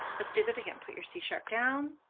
let's do that again, put your c sharp down.